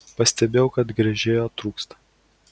pastebėjau kad gręžėjo trūksta